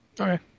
Okay